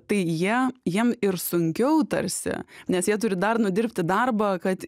tai jie jiem ir sunkiau tarsi nes jie turi dar nudirbti darbą kad